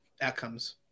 outcomes